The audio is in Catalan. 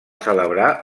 celebrar